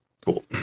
Cool